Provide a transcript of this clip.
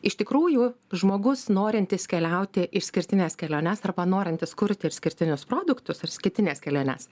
iš tikrųjų žmogus norintis keliauti išskirtines keliones arba norintis kurti išskirtinius produktus irskitines keliones